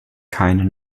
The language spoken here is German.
keine